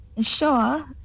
sure